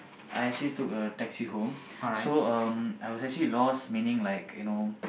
I actually took a taxi home so um I was actually lost meaning like you know